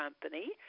company